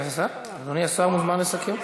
אדוני השר מוזמן לסכם.